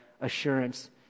assurance